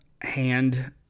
hand